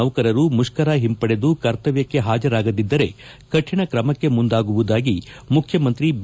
ನೌಕರರು ಮುಷ್ಕರ ಹಿಂಪಡೆದು ಕರ್ತವ್ಯಕ್ಕೆ ಪಾಜರಾಗದಿದ್ದರೆ ಕಾಣ ತ್ರಮಕ್ಕೆ ಮುಂದಾಗುವುದಾಗಿ ಮುಖ್ಯಮಂತ್ರಿ ಬಿ